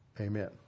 amen